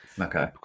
Okay